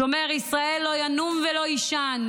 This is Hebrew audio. שומר ישראל לא ינום ולא יישן,